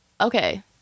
okay